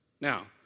Now